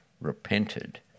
repented